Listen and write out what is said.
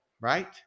right